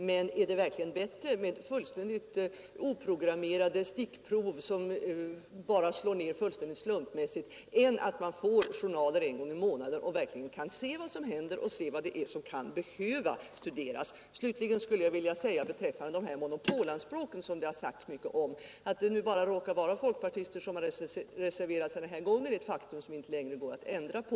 Men är det verkligen bättre med fullständigt oprogrammerade stickprov, som bara slår ned slumpmässigt, än att man får journaler en gång i månaden och verkligen kan se vad som händer och vad som kan behöva studeras? Slutligen skulle jag vilja säga några ord beträffande monopolanspråken som det sagts så mycket om. Att det bara råkar vara folkpartister som reserverat sig den här gången är ett faktum som inte längre går att ändra på.